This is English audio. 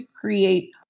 create